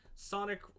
Sonic